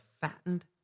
fattened